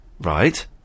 Right